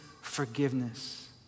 forgiveness